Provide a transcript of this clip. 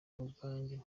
ubwanjye